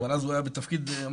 אבל אז הוא היה בתפקיד מנכ"ל,